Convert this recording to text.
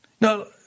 Now